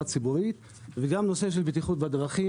ציבורית וגם את הנושא של בטיחות בדרכים,